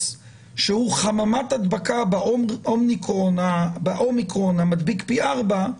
שהוא חממת הדבקה באומיקרון המדביק פי 4,